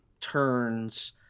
turns